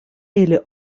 ili